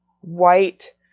white